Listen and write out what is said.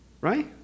Right